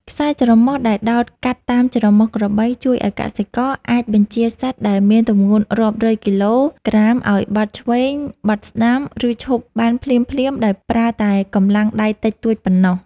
ខ្សែច្រមុះដែលដោតកាត់តាមច្រមុះក្របីជួយឱ្យកសិករអាចបញ្ជាសត្វដែលមានទម្ងន់រាប់រយគីឡូក្រាមឱ្យបត់ឆ្វេង បត់ស្តាំ ឬឈប់បានភ្លាមៗដោយប្រើតែកម្លាំងដៃតិចតួចប៉ុណ្ណោះ។